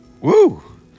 Woo